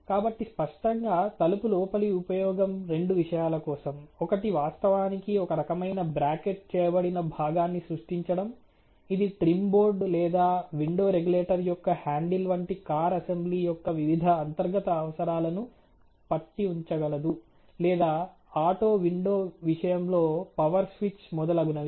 కాబట్టి స్పష్టంగా తలుపు లోపలి ఉపయోగం రెండు విషయాల కోసం ఒకటి వాస్తవానికి ఒక రకమైన బ్రాకెట్ చేయబడిన భాగాన్ని సృష్టించడం ఇది ట్రిమ్ బోర్డ్ లేదా విండో రెగ్యులేటర్ యొక్క హ్యాండిల్ వంటి కార్ అసెంబ్లీ యొక్క వివిధ అంతర్గత అవసరాలను పట్టి ఉంచగలదు లేదా ఆటో విండో విషయంలో పవర్ స్విచ్ మొదలగునవి